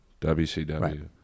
WCW